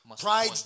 Pride